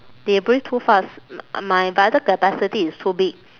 they breathe too fast my vital capacity is too big